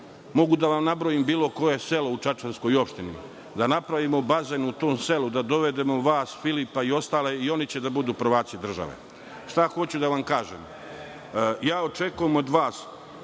mogu da vam nabrojim bilo koje selo u čačanskoj opštini, da napravimo bazen u tom selu, da dovedemo vas, Filipa i ostale, i oni će da budu prvaci države. Šta hoću da vam kažem? Očekujem od vas